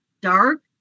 dark